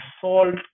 salt